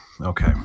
Okay